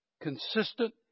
consistent